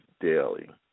daily